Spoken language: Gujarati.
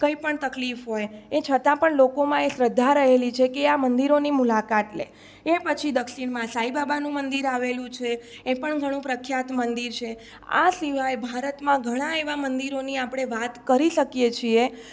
કંઈ પણ તકલીફ હોય એ છતાં પણ લોકોમાં એ શ્રદ્ધા રહેલી છે કે આ મંદિરોની મુલાકાત લે એ પછી દક્ષિણમાં સાંઈ બાબાનું મંદિર આવેલું છે એ પણ ઘણું પ્રખ્યાત મંદિર છે આ સિવાય ભારતમાં ઘણા એવા મંદિરોની આપણે વાત કરી શકીએ છીએ